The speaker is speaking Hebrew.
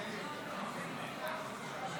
התשפ"ג 2023,